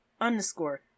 underscore